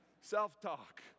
Self-talk